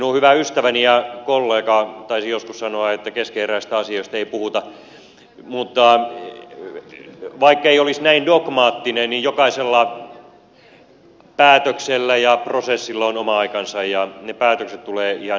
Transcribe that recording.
minun hyvä ystäväni ja kollegani taisi joskus sanoa että keskeneräisistä asioista ei puhuta mutta vaikkei olisi näin dogmaattinen niin jokaisella päätöksellä ja prosessilla on oma aikansa ja ne päätökset tulevat ihan kohta